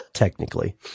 Technically